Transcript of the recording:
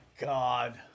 God